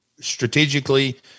strategically